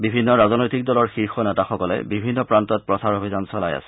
বিভিন্ন ৰাজনৈতিক দলৰ শীৰ্ষ নেতাসকলে বিভিন্ন প্ৰান্তত প্ৰচাৰ অভিযান চলাই আছে